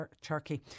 Turkey